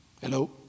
Hello